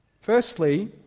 Firstly